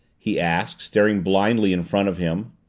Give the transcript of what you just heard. he asked, staring blindly in front of him.